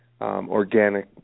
organic